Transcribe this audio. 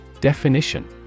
Definition